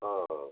ହଁ